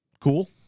Cool